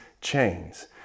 chains